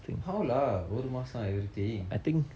how lah ஒரு மாதம்:oru maatham everything